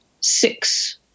six